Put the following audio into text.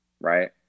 right